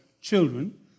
children